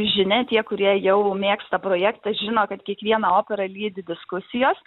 žinia tie kurie jau mėgsta projektą žino kad kiekvieną operą lydi diskusijos